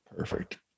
Perfect